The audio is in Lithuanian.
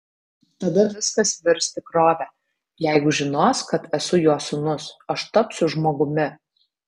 tada viskas virs tikrove jeigu žinos kad esu jo sūnus aš tapsiu žmogumi